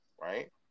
Right